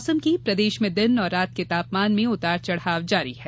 मौसम प्रदेश में दिन और रात के तापमान में उतार चढ़ाव जारी है